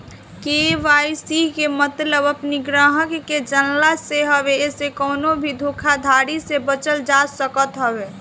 KYC के मतलब अपनी ग्राहक के जनला से हवे एसे कवनो भी धोखाधड़ी से बचल जा सकत हवे